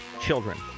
children